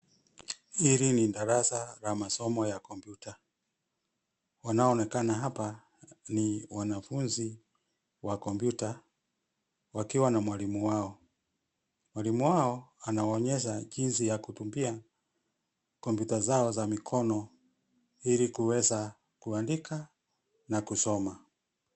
Hili ni darasa la masomo ya kompyuta. Wanao onekana hapa ni wanafunzi wa kompyuta wakiwa na mwalimu wao. Mwalimu wao anaonyesha jinsi ya kutumia kompyuta zao za mikono ili kuweza kuandika na kusoma.